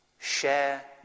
share